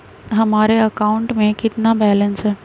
हमारे अकाउंट में कितना बैलेंस है?